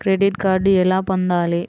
Credit card ఎలా పొందాలి?